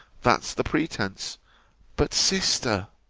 that's the pretence but sister,